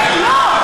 את באה?